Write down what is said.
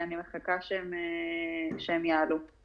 היא הוצגה גם בוועדת החינוך של הכנסת.